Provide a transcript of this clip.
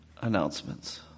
announcements